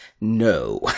no